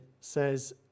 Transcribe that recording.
says